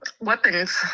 weapons